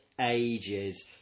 ages